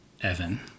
Evan